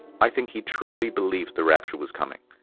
i think he truly believed the rapture was coming.